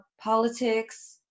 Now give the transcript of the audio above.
politics